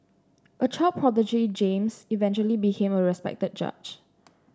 a child prodigy James eventually became a respected judge